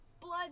blood